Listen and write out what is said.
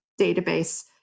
database